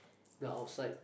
the outside